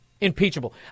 impeachable